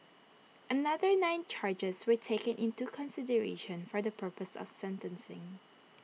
another nine charges were taken into consideration for the purpose of sentencing